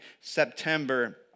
September